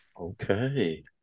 Okay